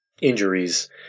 injuries